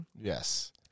Yes